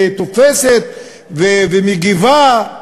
ותופסת ומגיבה,